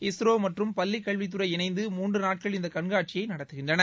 இஸ்ரோ மற்றும் பள்ளிக் கல்வித்துறை இணைந்து மூன்று நாட்கள் இந்த கண்காட்சியை நடத்துகின்றன